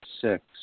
six